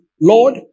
Lord